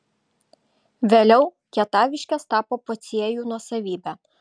vėliau kietaviškės tapo pociejų nuosavybe